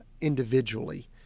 individually